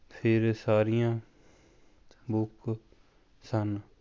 ਫਿਰ ਸਾਰੀਆਂ ਬੁਕ ਸਨ